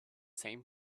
same